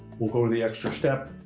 we'll go to the extra step,